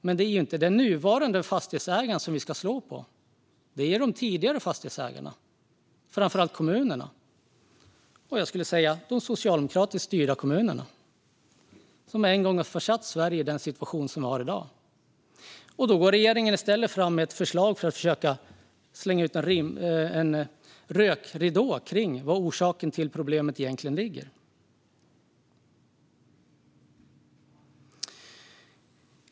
Men det är inte den nuvarande fastighetsägaren som vi ska slå på, utan det är de tidigare fastighetsägarna, framför allt kommunerna - de socialdemokratiskt styrda kommunerna som en gång har försatt Sverige i den situation landet befinner sig i i dag. Då går regeringen i stället fram med ett förslag som utgör en rökridå för att dölja var orsaken till problemet egentligen ligger.